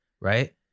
Right